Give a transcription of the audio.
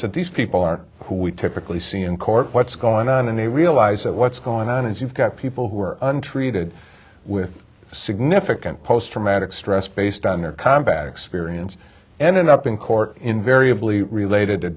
said these people aren't who we typically see in court what's going on and they realize that what's going on is you've got people who are untreated with significant post traumatic stress based on their combat experience ended up in court invariably related to